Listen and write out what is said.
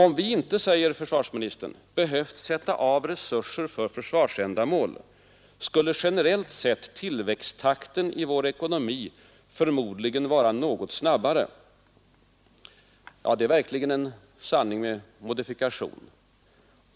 ”Om vi inte”, säger försvarsministern, ”behövde sätta av dessa resurser för försvarsändamål skulle generellt sett tillväxttakten i vår ekonomi förmodligen vara något snabbare.” Det är verkligen en sanning med modifikation.